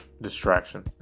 distraction